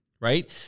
right